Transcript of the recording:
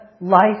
life